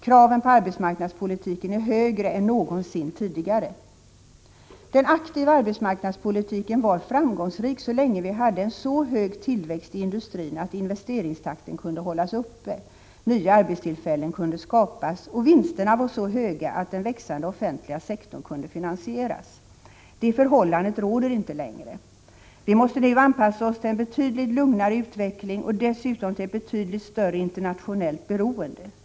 Kraven på arbetsmarknadspolitiken är högre än någonsin tidigare. Den aktiva arbetsmarknadspolitiken var framgångsrik så länge vi hade en så hög tillväxt i industrin att investeringstakten kunde hållas uppe, nya arbetstillfällen kunde skapas, och vinsterna var så höga att den växande offentliga sektorn kunde finansieras. Det förhållandet råder inte längre. Vi måste nu anpassa oss till en betydligt lugnare utveckling och dessutom till ett betydligt större internationellt beroende.